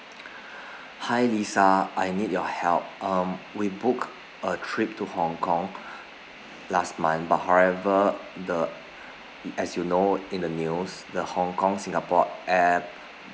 hi lisa I need your help um we book a trip to hong kong last month but however the as you know in the news the hong kong singapore air